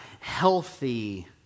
healthy